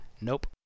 Nope